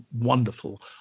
wonderful